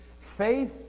Faith